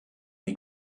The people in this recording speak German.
die